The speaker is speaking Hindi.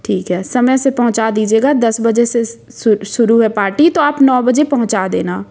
ठीक है समय से पहुंचा दीजिएगा दस बजे से शुरू है पार्टी तो आप नौ बजे पहुंचा देना